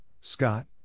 Scott